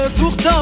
Pourtant